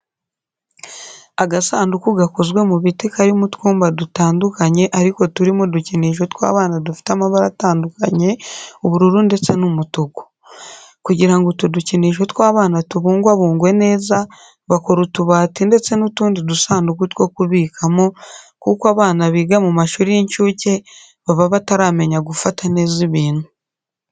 Agasanduku gakozwe mu biti karimo utwumba dutandukanye ariko turimo udukinisho tw'abana dufite amabara atandukanye, ubururu ndetse n'umutuku. Kugira ngo utu dukinisho tw'abana tubungabungwe neza bakora utubati ndetse n'utundi dusanduku two kubikamo, kuko abana biga mu mashuri y'incuke baba bataramenya gufata neza ibintu.